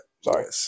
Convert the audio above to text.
Sorry